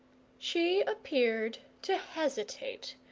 she appeared to hesitate,